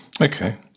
Okay